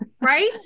Right